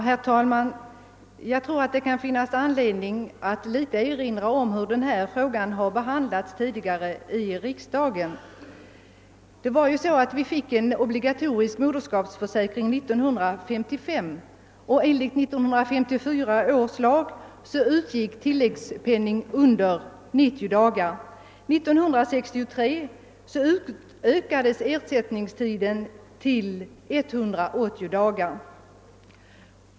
Herr talman! Det kan finnas anledning att erinra om hur denna fråga behandlats tidigare i riksdagen. Vi fick en obligatorisk moderskapsförsäkring 1955, och enligt 1954 års lag utgick tilläggssjukpenning under 90 dagar. År 1963 ökades ersättningstiden till 180 dagar.